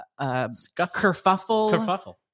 Kerfuffle